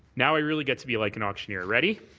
now i really get to be like an auctioneer, ready?